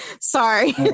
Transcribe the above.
Sorry